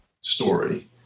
story